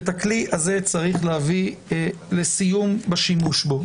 שאת הכלי הזה צריך להביא לסיום בשימוש בו.